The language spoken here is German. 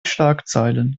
schlagzeilen